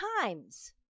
times